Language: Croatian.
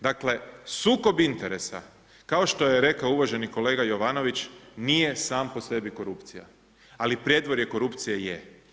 Dakle, sukob interesa, kao što je rekao uvaženi kolega Jovanović, nije sam po sebi korupcija, ali predvorje korupcije je.